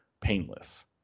painless